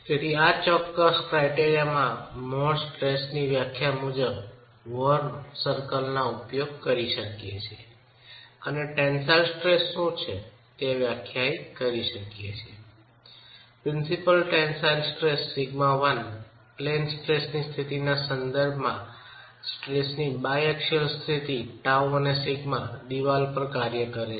તેથી આ ચોક્કસ ક્રાયટેરિયામાં મોહર સ્ટ્રેસની વ્યાખ્યા મુજબ મોહર વર્તુળનો ઉપયોગ કરી શકીએ છીએ અને ટેન્સાઈલ સ્ટ્રેસ શું છે તે વ્યાખ્યાયિત કરી શકીએ છીએ principal tensile stress σ1 plane stress ની સ્થિતિના સંદર્ભમાં સ્ટ્રેસ ની બાયએક્શીયલ સ્થિતિ τ અને σ દિવાલ પર કાર્ય કરે છે